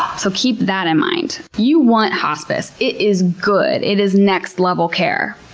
so keep that in mind. you want hospice. it is good. it is next level care.